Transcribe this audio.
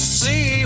see